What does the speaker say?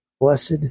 Blessed